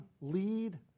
lead